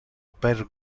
per